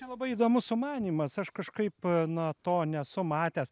labai įdomus sumanymas aš kažkaip na to nesu matęs